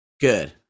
Good